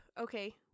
Okay